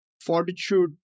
fortitude